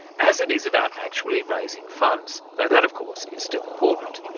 as it is about actually raising funds, though that of course is still important.